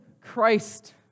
Christ